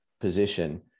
position